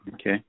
Okay